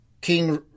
king